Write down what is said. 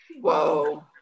Whoa